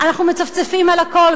אנחנו מצפצפים על הכול,